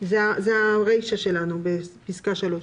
זה הרישה שלנו בפסקה (3).